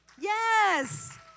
Yes